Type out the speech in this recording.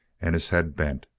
and his head bent.